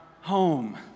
home